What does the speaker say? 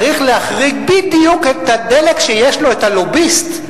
צריך להחריג בדיוק את הדלק שיש לו לוביסט,